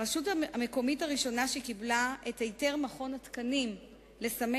הרשות המקומית הראשונה שקיבלה את היתר מכון התקנים לסמן